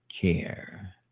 care